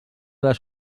les